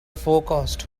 forecast